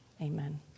amen